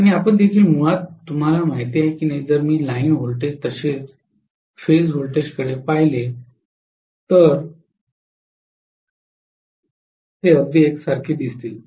आणि आपण देखील मुळात तुम्हाला माहिती आहे की जर मी लाइन व्होल्टेज तसेच फेज व्होल्टेजकडे पाहिले तर ते अगदी एकसारखे दिसतील